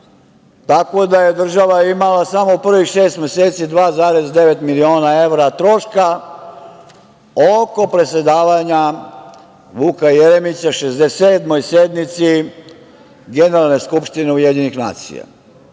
Tako da, država je imala samo prvih šest meseci 2,9 miliona evra troška oko predsedavanja Vuka Jeremića 67. sednici Generalne skupštine Ujedinjenih nacija.